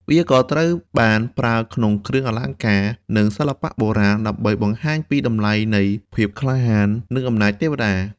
វាក៏ត្រូវបានប្រើក្នុងគ្រឿងអលង្ការ និងសិល្បៈបុរាណ ដើម្បីបង្ហាញពីតម្លៃនៃភាពក្លាហាន និងអំណាចទេវតា។